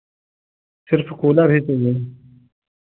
सिर्फ़ कूलर ही चाहिए